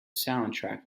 soundtrack